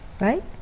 Right